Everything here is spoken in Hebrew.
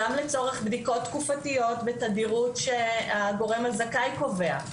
גם לצורך בדיקות תקופתיות בתדירות שהגורם הזכאי קובע,